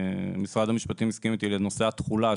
שמשרד המשפטים הסכים איתי בנושא התחולה,